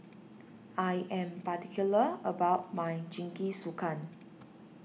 I am particular about my Jingisukan